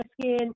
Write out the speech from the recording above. skin